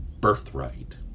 birthright